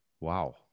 wow